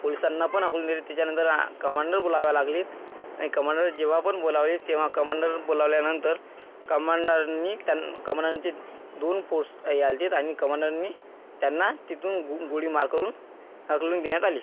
पोलीसांना पण हाकलून दिले त्याच्यानंतर आ कमांडर बोलावा लागलेत आणि कमांडर जेव्हा पण बोलावले तेव्हा कमांडर बोलवल्यानंतर कमांडरनी त्यान् कमांडरचे दोन फोर्स येआलतेत कमांडरनी त्यांना तिथून गो गोळीमार करून हकलून देण्यात आले